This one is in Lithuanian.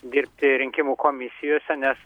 dirbti rinkimų komisijose nes